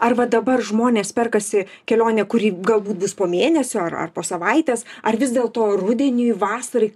ar va dabar žmonės perkasi kelionę kuri galbūt po mėnesio ar po savaitės ar vis dėlto rudeniui vasarai